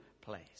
place